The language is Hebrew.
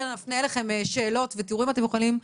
נפנה אליכם שאלות ותראו אם אתם יכולים.